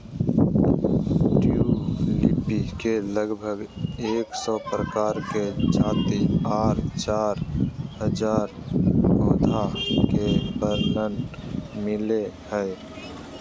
tulip के लगभग एक सौ प्रकार के जाति आर चार हजार पौधा के वर्णन मिलो हय